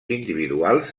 individuals